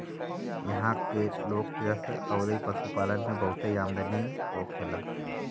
इहां के लोग के कृषि अउरी पशुपालन से बहुते आमदनी होखेला